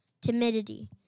timidity